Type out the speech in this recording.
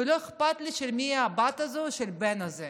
ולא אכפת לי של מי הבת הזו או הבן הזה.